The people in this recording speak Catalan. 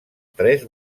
tres